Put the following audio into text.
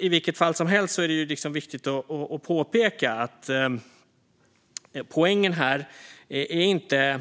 I vilket fall som helst är det viktigt att påpeka att poängen här inte är